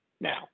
Now